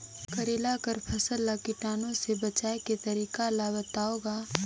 करेला कर फसल ल कीटाणु से बचाय के तरीका ला बताव ग?